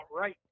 right